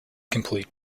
complete